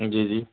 جی جی